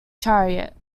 chariot